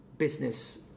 business